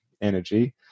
energy